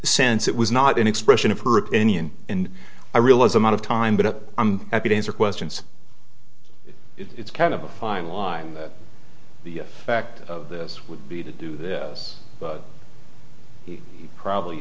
sense it was not an expression of her opinion and i realize i'm out of time but i'm happy to answer questions it's kind of a fine line that the effect of this would be to do this but he probably